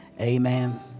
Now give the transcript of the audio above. Amen